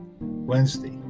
Wednesday